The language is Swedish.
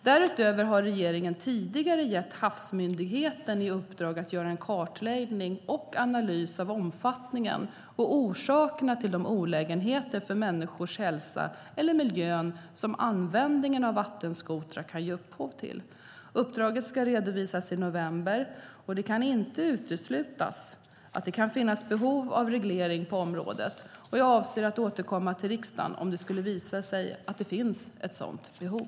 Därutöver har regeringen tidigare gett Havs och vattenmyndigheten i uppdrag att göra en kartläggning och analys av omfattningen och orsakerna till de olägenheter för människors hälsa eller miljön som användningen av vattenskotrar kan ge upphov till. Uppdraget ska redovisas i november. Det kan inte uteslutas att det kan finnas behov av reglering på området. Jag avser att återkomma till riksdagen om det skulle visa sig att det finns ett sådant behov.